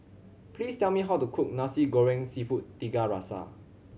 please tell me how to cook Nasi Goreng Seafood Tiga Rasa